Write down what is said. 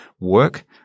work